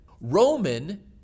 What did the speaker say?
Roman